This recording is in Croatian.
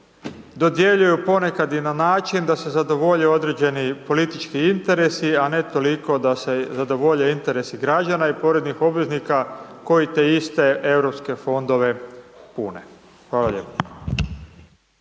dodjeljuju ponekad i na način da se zadovolje određeni politički interesi, a ne toliko da se zadovolje interesi građana i poreznih obveznika koji te iste EU fondove pune. Hvala lijepo.